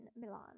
Milan